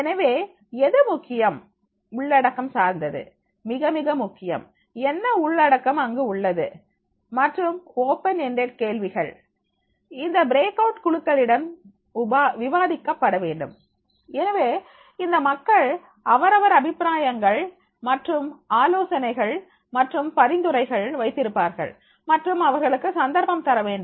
எனவே எது முக்கியம் உள்ளடக்கம் சார்ந்தது மிக மிக முக்கியம் என்ன உள்ளடக்கம் அங்கு உள்ளது மற்றும் ஓபன் என்டேட் கேள்விகள் இந்த பிரேக் அவுட் குழுக்களிடம் விவாதிக்கப்பட வேண்டும் எனவே இந்த மக்கள் அவரவர் அபிப்பிராயங்கள் மற்றும் ஆலோசனைகள் மற்றும் பரிந்துரைகள் வைத்திருப்பார்கள் மற்றும் அவர்களுக்கு சந்தர்ப்பம் தரவேண்டும்